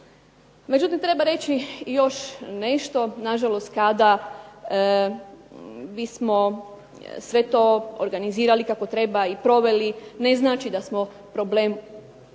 Međutim treba reći još nešto, na žalost kada bismo sve to organizirali kako treba i proveli, ne znači da smo problem na